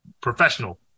professional